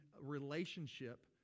relationship